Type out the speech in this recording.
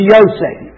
Yosef